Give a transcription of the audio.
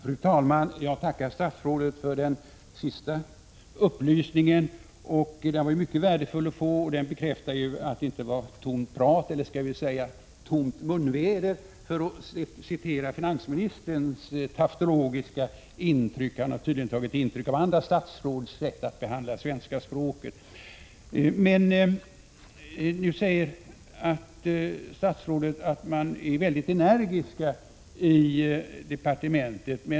Fru talman! Jag tackar statsrådet för den sista upplysningen. Den var mycket värdefull att få, och den bekräftar att det inte handlade om tomt prat —- eller skall vi säga ”tomt munväder”, för att citera finansministerns tautologiska uttryckssätt. Denne har tydligen tagit intryck av andra statsråds sätt att behandla svenska språket. Nu säger statsrådet att man arbetar väldigt energiskt i departementet.